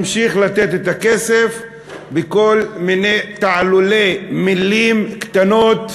ממשיך לתת את הכסף בכל מיני תעלולי מילים קטנות.